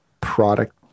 product